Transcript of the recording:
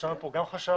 גם חשב,